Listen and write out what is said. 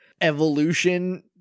evolution